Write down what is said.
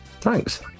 Thanks